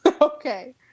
okay